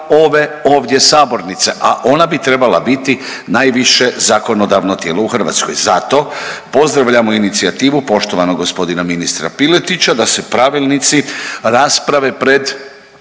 ove ovdje sabornice, a ona bi trebala biti najviše zakonodavno tijelo u Hrvatskoj. Zato pozdravljamo inicijativu poštovanog gospodina ministra Piletića da se pravilnici rasprave pred